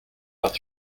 vingt